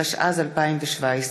התשע"ז 2017,